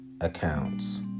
accounts